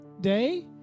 day